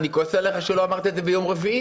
אני כועס עליך שלא אמרת את זה ביום רביעי.